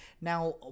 now